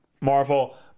Marvel